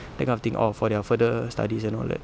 that kind of thing or for their further studies and all that